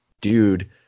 dude